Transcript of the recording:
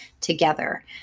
together